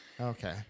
Okay